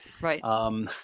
Right